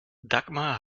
dagmar